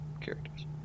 characters